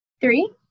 Three